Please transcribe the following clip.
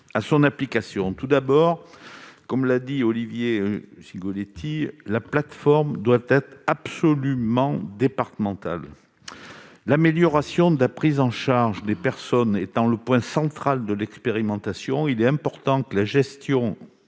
à son application. Tout d'abord, comme l'a dit Olivier Cigolotti, la plateforme doit être absolument départementale. L'amélioration de la prise en charge des personnes étant le point central de l'expérimentation, il est important que la gestion